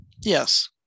Yes